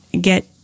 get